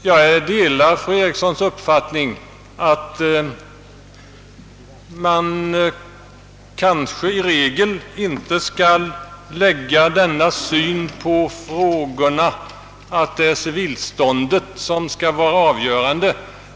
Jag delar fru Erikssons uppfattning att man i regel kanske inte skall lägga den synen på frågorna, att det är civilståndet som skall vara avgörande.